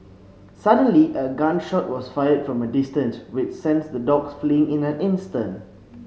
suddenly a gun shot was fired from a distance which sent the dogs fleeing in an instant